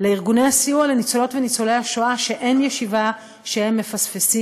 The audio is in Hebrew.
סיוע וייצוג בהליך של התביעות האזרחיות.